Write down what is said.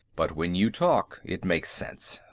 but when you talk, it makes sense.